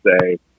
say